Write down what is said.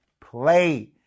play